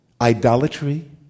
Idolatry